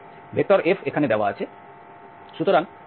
Fএখানে দেওয়া আছে